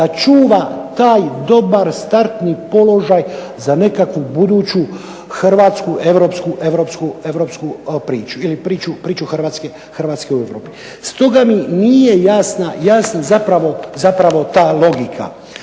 da čuva taj dobar startni položaj za nekakvu buduću hrvatsku europsku priču ili priču Hrvatske u Europi. Stoga mi nije jasna zapravo ta logika.